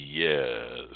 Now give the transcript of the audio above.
Yes